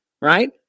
right